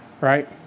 right